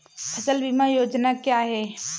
फसल बीमा योजना क्या है?